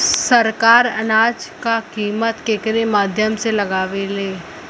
सरकार अनाज क कीमत केकरे माध्यम से लगावे ले?